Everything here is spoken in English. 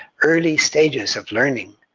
early stages of learning,